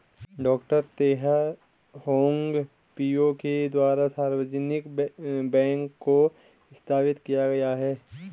डॉ Teh Hong Piow के द्वारा सार्वजनिक बैंक को स्थापित किया गया है